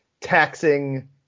taxing